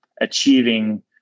achieving